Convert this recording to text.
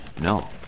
No